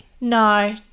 No